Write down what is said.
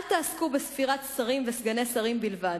אל תעסקו בספירת שרים וסגני שרים בלבד.